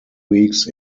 weeks